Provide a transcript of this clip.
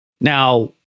Now